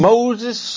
Moses